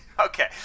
Okay